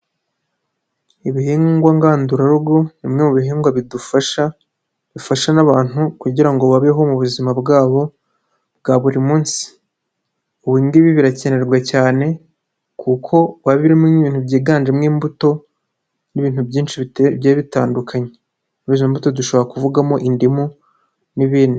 Ibihingwa ngandurarugo bimwe mu bihingwa bidufasha, bifasha n'abantu kugira ngo babeho mu buzima bwabo bwa buri munsi. Ubu ibi ngibi birakenerwa cyane kuko biba birimo ibintu byiganjemo imbuto n'ibintu byinshi bigiye bitandukanye. Muri izo mbuto dushobora kuvugamo indimu n'ibindi.